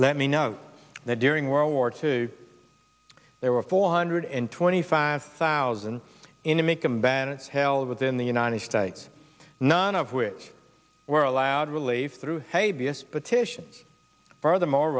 let me know that during world war two there were four hundred and twenty five thousand intimate combatants held within the united states none of which were allowed relief through hey this petition furthermore